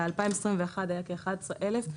ב-2021 היו כ-11,000,